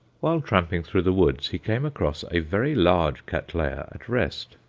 while tramping through the woods, he came across a very large cattleya at rest,